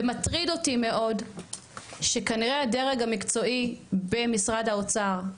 ומטריד אותי מאוד שכנראה הדרג המקצועי במשרד האוצר,